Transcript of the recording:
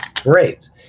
great